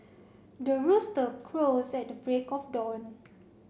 the rooster crows at the break of dawn